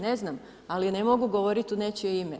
Ne znam, ali ne mogu govoriti u nečije ime.